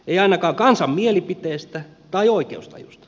ei ainakaan kansan mielipiteistä tai oikeustajusta